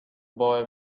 boy